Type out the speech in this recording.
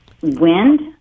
wind